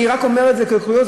אני רק אומר את זה כקוריוז,